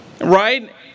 right